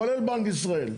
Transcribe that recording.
כולל בנק ישראל.